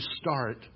start